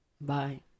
Bye